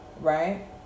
right